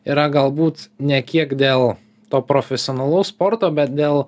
yra galbūt ne kiek dėl to profesionalaus sporto bet dėl